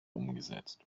umgesetzt